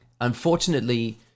Unfortunately